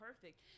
perfect